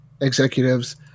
executives